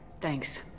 Thanks